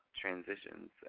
transitions